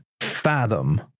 fathom